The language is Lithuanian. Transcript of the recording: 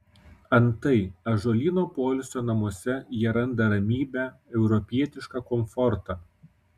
antai ąžuolyno poilsio namuose jie randa ramybę europietišką komfortą